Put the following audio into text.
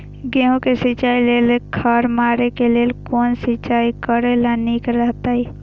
गेहूँ के सिंचाई लेल खर मारे के लेल कोन सिंचाई करे ल नीक रहैत?